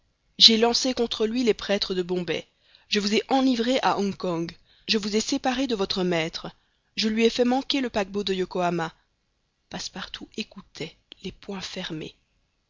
j'ai lancé contre lui les prêtres de bombay je vous ai enivré à hong kong je vous ai séparé de votre maître je lui ai fait manquer le paquebot de yokohama passepartout écoutait les poings fermés